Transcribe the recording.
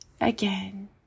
again